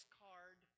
card